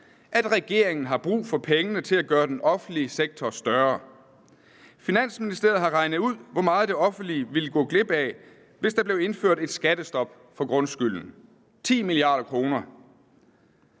at regeringen har brug for pengene til at gøre den offentlige sektor større. Finansministeriet har regnet ud, hvor meget det offentlige ville gå glip af, hvis der blev indført et skattestop på grundskylden, nemlig 10 mia.